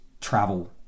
travel